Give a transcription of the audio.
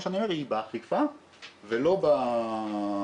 אני באמת תהיתי עם עצמי,